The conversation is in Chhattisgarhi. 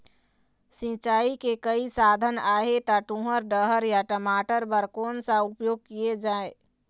सिचाई के कई साधन आहे ता तुंहर या टमाटर बार कोन सा के उपयोग किए जाए?